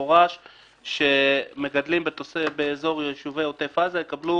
במפורש שמגדלים באזור יישובי עוטף עזה יקבלו